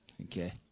Okay